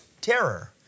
terror